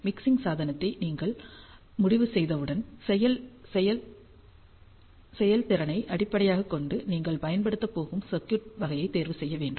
mixing சாதனத்தை நீங்கள் முடிவு செய்தவுடன் செயல்திறனை அடிப்படையாகக் கொண்டு நீங்கள் பயன்படுத்தப் போகும் சர்க்யூட் வகையைத் தேர்வு செய்ய வேண்டும்